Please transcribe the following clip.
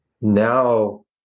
now